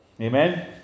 amen